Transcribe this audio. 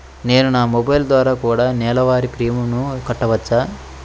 నేను నా మొబైల్ ద్వారా కూడ నెల వారి ప్రీమియంను కట్టావచ్చా?